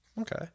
Okay